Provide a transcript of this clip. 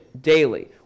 daily